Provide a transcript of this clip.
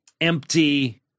empty